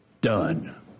Done